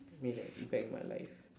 made an impact on my life